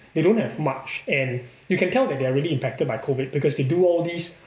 they don't have much and you can tell that they are really impacted by COVID because they do all these